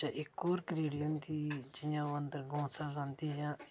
जां इक होर करेडी होंदी जियां ओह् अंदर घोसलां लांदी इयां